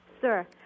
Sir